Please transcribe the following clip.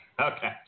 Okay